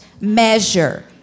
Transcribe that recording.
measure